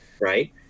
Right